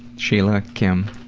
sheila, kim,